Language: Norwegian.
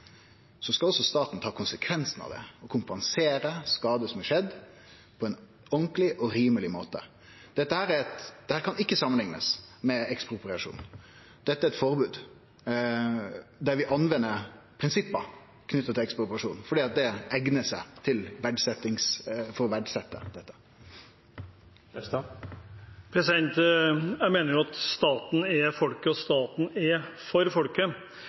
skal også staten ta konsekvensen av det og kompensere skade som har skjedd, på ein ordentleg og rimeleg måte. Dette kan ikkje samanliknast med ekspropriasjon, dette er eit forbod der vi brukar prinsippa knytte til ekspropriasjon, for det eignar seg for å verdsetje. Jeg mener at staten er folket, og staten er for